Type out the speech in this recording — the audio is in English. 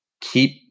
keep